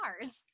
mars